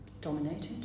dominated